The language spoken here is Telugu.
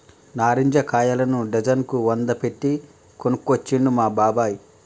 నారింజ కాయలను డజన్ కు వంద పెట్టి కొనుకొచ్చిండు మా బాబాయ్